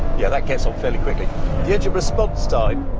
yeah, that gets off fairly quickly. the engine response time,